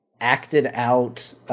acted-out